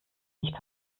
nicht